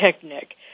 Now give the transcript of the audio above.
Picnic